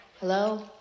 Hello